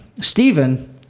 Stephen